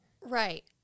Right